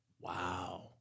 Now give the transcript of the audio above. Wow